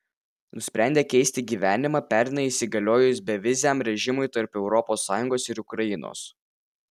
nusprendė keisti gyvenimą pernai įsigaliojus beviziam režimui tarp europos sąjungos ir ukrainos